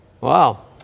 Wow